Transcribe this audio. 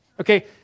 Okay